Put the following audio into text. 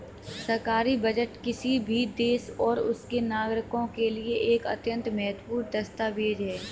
सरकारी बजट किसी भी देश और उसके नागरिकों के लिए एक अत्यंत महत्वपूर्ण दस्तावेज है